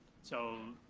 so,